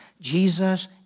Jesus